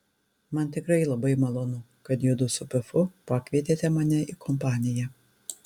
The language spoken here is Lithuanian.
man tikrai labai malonu kad judu su pifu pakvietėte mane į kompaniją